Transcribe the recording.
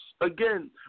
Again